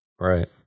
Right